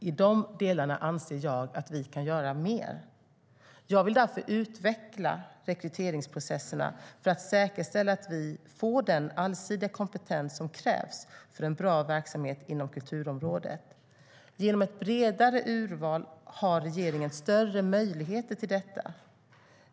I de delarna anser jag att vi kan göra mer. Jag vill därför utveckla rekryteringsprocesserna för att säkerställa att vi får den allsidiga kompetens som krävs för en bra verksamhet inom kulturområdet. Genom ett bredare urval har regeringen större möjligheter till detta.